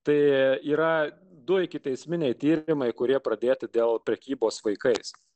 tai yra du ikiteisminiai tyrimai kurie pradėti dėl prekybos vaikais